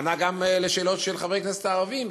הוא ענה גם על שאלות של חברי הכנסת הערבים,